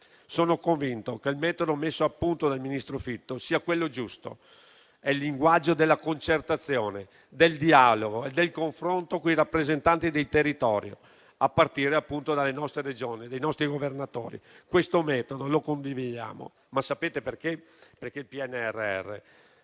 Sono convinto che il metodo messo a punto dal ministro Fitto sia quello giusto: è il linguaggio della concertazione, del dialogo e del confronto con i rappresentanti dei territori, a partire appunto dalle nostre Regioni e dai nostri governatori. Questo metodo lo condividiamo, perché il PNRR